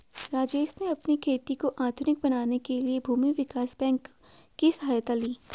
राजेश ने अपनी खेती को आधुनिक बनाने के लिए भूमि विकास बैंक की सहायता ली